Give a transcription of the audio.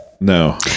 No